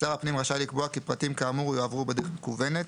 שר הפנים רשאי לקבוע כי פרטים כאמור יועברו בדרך מקוונת,